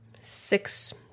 six